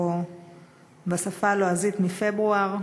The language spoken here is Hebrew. או בשפה הלועזית: מפברואר,